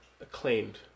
acclaimed